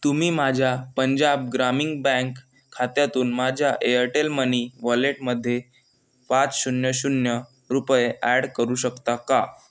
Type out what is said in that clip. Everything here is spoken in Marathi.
तुम्ही माझ्या पंजाब ग्रामीग बँक खात्यातून माझ्या एअरटेल मनी वॉलेटमध्ये पाच शून्य शून्य रुपये ॲड करू शकता का